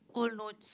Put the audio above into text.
old notes